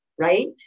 right